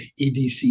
EDC